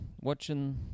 watching